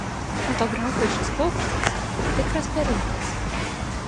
fotografui šis paukštis tikras perliukas